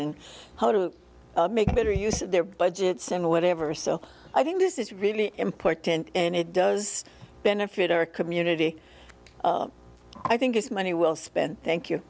and how to make better use of their budgets and whatever so i think this is really important and it does benefit our community i think it's money well spent thank you